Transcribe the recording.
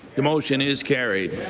the motion is carried.